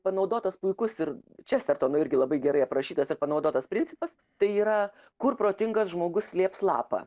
panaudotas puikus ir čestertono irgi labai gerai aprašytas ir panaudotas principas tai yra kur protingas žmogus slėps lapą